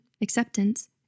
acceptance